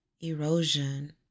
erosion